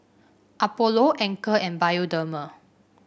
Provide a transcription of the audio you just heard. Apollo Anchor and Bioderma